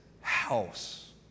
house